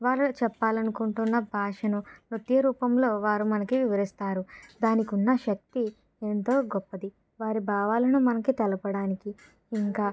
వారు చెప్పాలి అనుకుంటున్న భాషను నృత్య రూపంలో వారు మనకు వివరిస్తారు దానికున్న శక్తి ఎంతో గొప్పది వారి భావాలను మనకి తెలపడానికి ఇంకా